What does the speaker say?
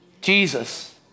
Jesus